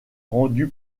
rendue